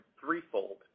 threefold